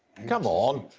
come on!